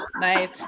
nice